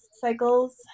cycles